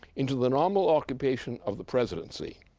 into the normal occupation of the presidency,